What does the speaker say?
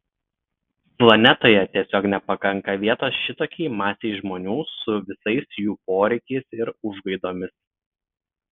planetoje tiesiog nepakanka vietos šitokiai masei žmonių su visais jų poreikiais ir užgaidomis